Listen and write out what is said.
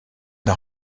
n’a